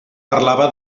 parlava